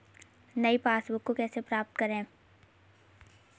नई पासबुक को कैसे प्राप्त करें?